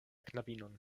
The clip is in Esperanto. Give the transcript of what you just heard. knabinon